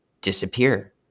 disappear